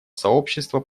сообщества